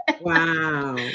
wow